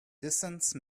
distance